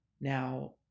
Now